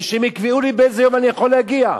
ושהם יקבעו לי באיזה יום אני יכול להגיע.